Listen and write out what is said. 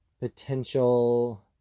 potential